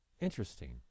interesting